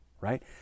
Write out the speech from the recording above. right